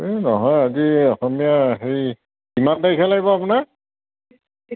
এই নহয় আজি অসমীয়া হেৰি কিমান তাৰিখে লাগিব আপোনাক